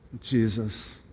Jesus